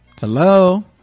Hello